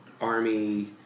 army